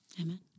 Amen